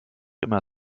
immer